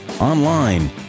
online